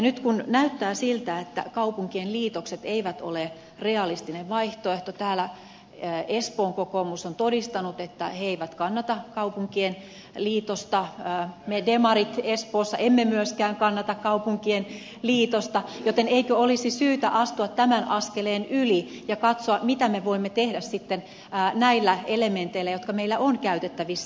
nyt näyttää siltä että kaupunkien liitokset eivät ole realistinen vaihtoehto täällä espoon kokoomus on todistanut että he eivät kannata kaupunkien liitosta me demarit espoossa emme myöskään kannata kaupunkien liitosta joten eikö olisi syytä astua tämän askeleen yli ja katsoa mitä me voimme tehdä sitten näillä elementeillä jotka meillä on käytettävissä